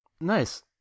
Nice